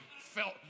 Felt